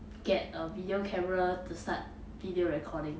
get a video camera to start video recording